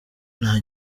nta